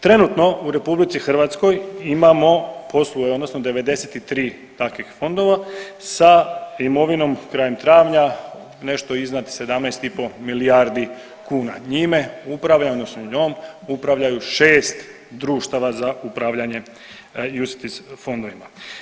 Trenutno u RH imamo posluje odnosno 93 takvih fondova sa imovinom krajem travnja nešto iznad 17,5 milijardi kuna, njime upravlja odnosno njom upravljaju 6 društava za upravljanje UCITS fondovima.